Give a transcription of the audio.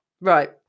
right